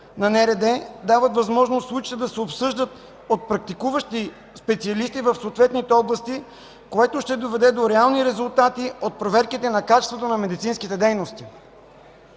на НРД, дават възможност случаите да се обсъждат от практикуващи специалисти в съответните области, което ще доведе до реални резултати от проверките на качеството на медицинските дейности.